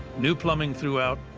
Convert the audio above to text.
new plumbing throughout,